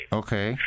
okay